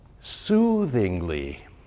soothingly